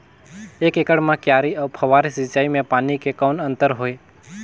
एक एकड़ म क्यारी अउ फव्वारा सिंचाई मे पानी के कौन अंतर हे?